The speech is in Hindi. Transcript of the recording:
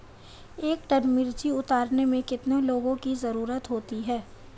एक टन मिर्ची उतारने में कितने लोगों की ज़रुरत होती है?